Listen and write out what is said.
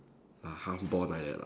ah half born like that lah